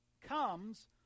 comes